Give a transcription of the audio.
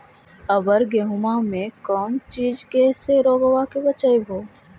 अबर गेहुमा मे कौन चीज के से रोग्बा के बचयभो?